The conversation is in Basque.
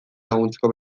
laguntzeko